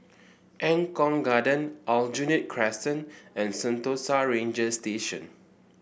Eng Kong Garden Aljunied Crescent and Sentosa Ranger Station